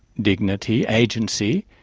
dignity, agency,